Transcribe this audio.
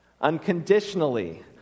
Unconditionally